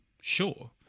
sure